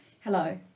Hello